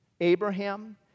Abraham